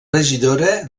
regidora